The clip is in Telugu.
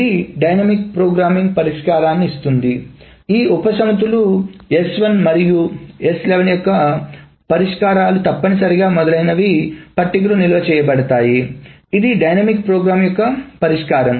ఇది డైనమిక్ ప్రోగ్రామింగ్ పరిష్కారానికి ఇస్తుంది ఈ ఉపసమితుల S1 మరియు S11 యొక్క పరిష్కారాలు తప్పనిసరిగా మొదలైనవి పట్టికలో నిల్వ చేయబడతాయిఇది డైనమిక్ ప్రోగ్రామింగ్ యొక్క పరిష్కారం